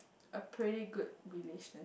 a pretty good relation